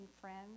friends